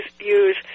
use